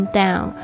down，